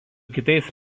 kitais